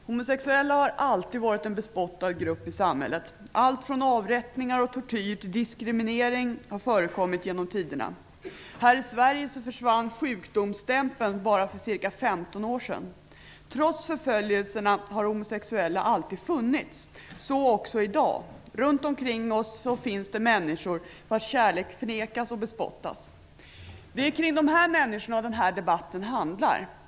Herr talman! Homosexuella har alltid varit en bespottad grupp i samhället. Allt från avrättningar och tortyr till diskriminering har förekommit genom tiderna. Här i Sverige försvann sjukdomsstämpeln för bara ca 15 år sedan. Trots förföljelserna har homosexuella alltid funnits, så också i dag. Runt omkring oss finns det människor vars kärlek förnekas och bespottas. Det är om de här människorna debatten handlar.